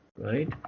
Right